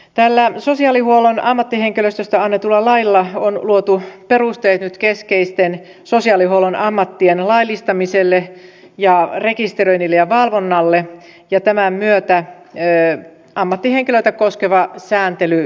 tällä sosiaalihuollon ammattihenkilöstöstä annetulla lailla on luotu perusteet nyt keskeisten sosiaalihuollon ammattien laillistamiselle rekisteröinnille ja valvonnalle ja tämän myötä ammattihenkilöitä koskeva sääntely yhdenmukaistuu